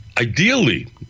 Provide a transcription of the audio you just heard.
Ideally